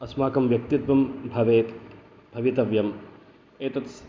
अस्माकं व्यक्तित्वं भवेत् भवितव्यम् एतत्